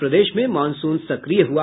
और प्रदेश में मॉनसून सक्रिय हुआ